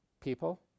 people